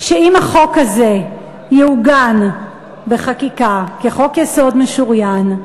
שאם החוק הזה יעוגן בחקיקה כחוק-יסוד משוריין,